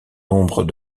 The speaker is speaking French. nombre